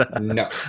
No